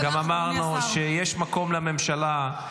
-- וגם אמרנו שיש מקום לממשלה.